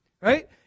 Right